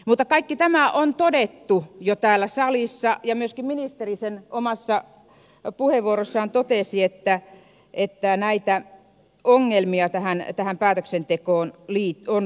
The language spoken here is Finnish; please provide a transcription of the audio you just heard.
mutta kaikki tämä on todettu jo täällä salissa ja myöskin ministeri sen omassa puheenvuorossaan totesi että näitä ongelmia tähän päätöksentekoon on liittynyt